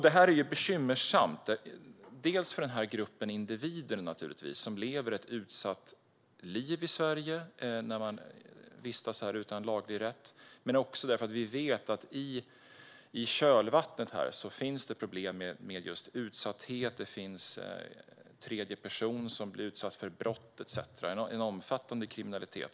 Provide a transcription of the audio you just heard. Detta är bekymmersamt, dels för den gruppen individer, som lever ett utsatt liv i Sverige när man vistas här utan laglig rätt, dels för att vi vet att i kölvattnet finns problem med utsatthet, tredje person blir utsatt för brott etcetera. Det är en omfattande kriminalitet.